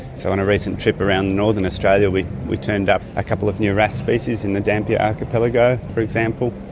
so on a recent trip around northern australia we we turned up a couple of new wrasse species in the dampier archipelago, for example.